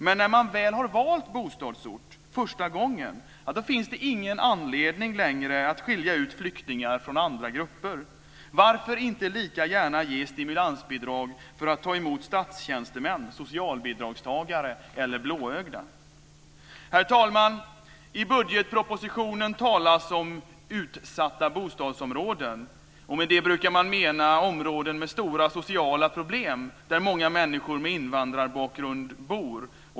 Men när de väl har valt bostadsort första gången finns det inte längre någon anledning att skilja ut flyktingar från andra grupper. Varför ges inte lika gärna stimulansbidrag för att man ska kunna ta emot statstjänstemän, socialbidragstagare eller blåögda? Herr talman! I budgetpropositionen talas det om utsatta bostadsområden. Med det brukar man mena områden med stora sociala problem där många människor med invandrarbakgrund bor.